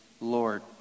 Lord